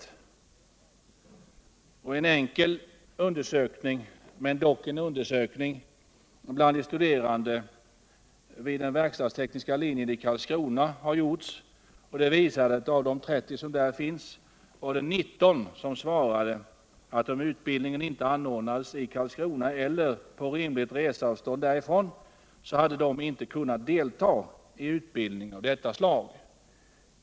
I Nr 150 samband med en enkel undersökning, men dock en undersökning. bland de Onsdagen den studerande vid den verkstadstekniska linjen i Karlskrona svarade 19 av de 30 24 maj 1978 eleverna där att om utbildningen inte anordnats i Karlskrona eller på någon plats inom rimligt reseavstånd därifrån, så hade de inte kunnat delta i utbildning av detta slag.